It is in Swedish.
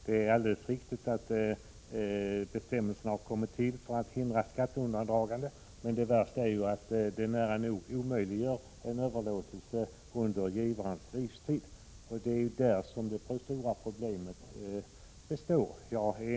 Det är alldeles riktigt att bestämmelserna har kommit till för att hindra skatteundandragande, men det värsta är att de nära nog omöjliggör en överlåtelse under givarens livstid, och det är där det stora problemet ligger.